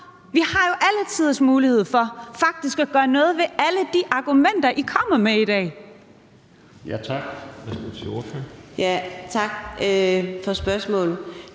Vi har jo alle tiders mulighed for faktisk at gøre noget ved alle de argumenter, I kommer med i dag.